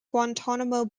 guantanamo